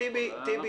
אנחנו